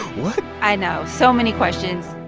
what? i know. so many questions